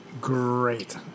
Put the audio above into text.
great